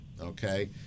Okay